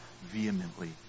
vehemently